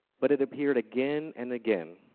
but it appeared again and again.